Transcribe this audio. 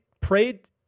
prayed